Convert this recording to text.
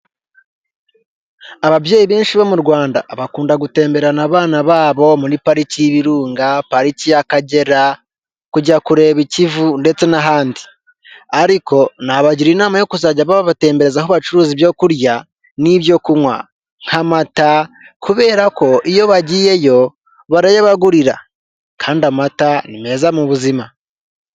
Ababyeyi benshi bo mu Rwanda bakunda gutemberana abana babo, muri pariki y'ibirunga, pariki y'akagera, kujya kureba ikivu, ndetse n'ahandi. Ariko nabagira inama yo kuzajya babatembereza aho bacuruza ibyo kurya, n'ibyo kunywa, nk'amata, kubera ko iyo bagiyeyo barayabagurira, kandi amata ni meza mu buzima.